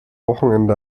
wochenende